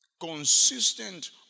consistent